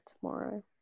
tomorrow